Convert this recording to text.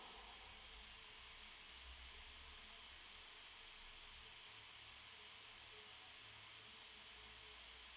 okay